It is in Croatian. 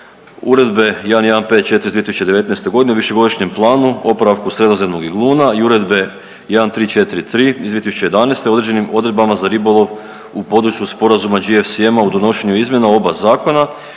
Uredba 1154 iz 2019. godine u višegodišnjem planu oporavku sredozemnog igluna i Uredbe 1343 iz 2011. određenim odredbama za ribolov u području sporazuma GFSN u donošenju izmjena oba zakona.